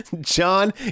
John